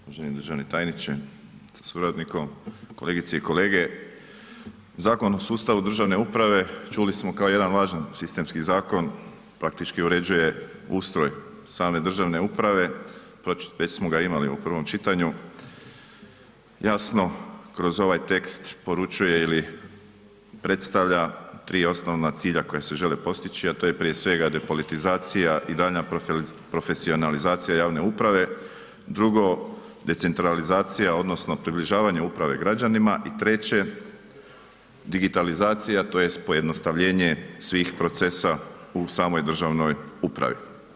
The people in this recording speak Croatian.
Uvaženi državni tajniče sa suradnikom, kolegice i kolege, Zakon o sustavu državne uprave čuli smo kao jedan važan sistemski zakon praktički uređuje ustroj same državne uprave, već smo ga imali u prvom čitanju, jasno kroz ovaj tekst poručuje ili predstavlja tri osnovna cilja koja se žele postići, a to je prije svega depolitizacija i daljnja profesionalizacija javne uprave, drugo decentralizacija odnosno približavanje uprave građanima i treće digitalizacija tj. pojednostavljenje svih procesa u samoj državnoj upravi.